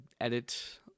edit